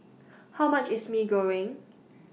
How much IS Mee Goreng